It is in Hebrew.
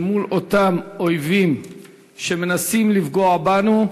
שאותם אויבים שמנסים לפגוע בנו,